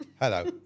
Hello